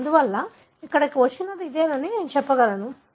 అందువల్ల ఇక్కడకు వచ్చినది ఇదేనని నేను చెప్పగలను